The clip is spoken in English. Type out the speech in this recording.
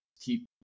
keep